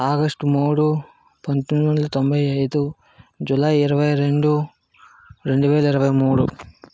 August మూడు పంతొమ్మిది వందల తొంభై ఐదు జులై ఇరవై రెండు రెండు వేల ఇరవై మూడు